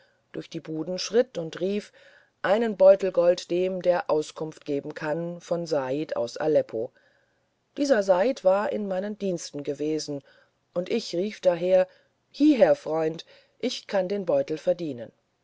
durch die buden schritt und rief einen beutel gold dem der auskunft geben kann von said aus aleppo dieser said war in meinen diensten gewesen und ich rief daher hieher freund ich kann den beutel verdienen